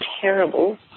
terrible